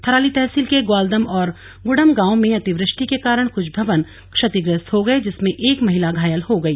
थराली तहसील के ग्वालदम और ग्र्डम गांव में अतिवृष्टि के कारण कुछ भवन क्षतिग्रस्त हो गए जिसमें एक महिला घायल हो गई